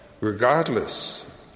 regardless